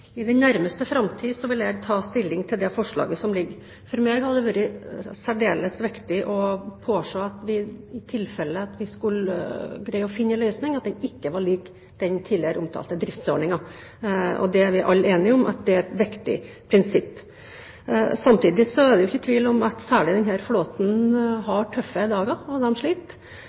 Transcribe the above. For meg har det vært særdeles viktig å påse i det tilfellet vi skulle greie å finne en løsning, at den ikke var lik den tidligere omtalte driftsordningen. Det er vi alle enige om at er et viktig prinsipp. Det er ikke tvil om at særlig denne flåten har tøffe dager, de sliter.